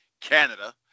Canada